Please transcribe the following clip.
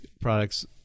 products